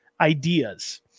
ideas